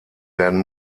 werden